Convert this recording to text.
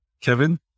Kevin